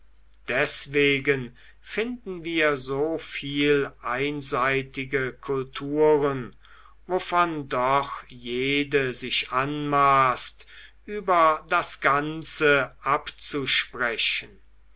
deswegen finden wir so viel einseitige kulturen wovon doch jede sich anmaßt über das ganze abzusprechen